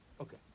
Okay